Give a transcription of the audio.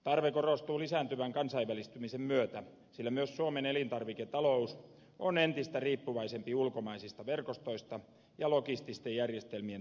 tarve korostuu lisääntyvän kansainvälistymisen myötä sillä myös suomen elintarviketalous on entistä riippuvaisempi ulkomaisista verkostoista ja logistis ten järjestelmien toimivuudesta